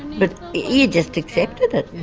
but you just accepted it.